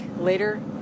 later